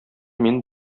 мине